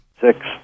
Six